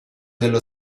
dello